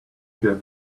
here